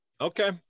Okay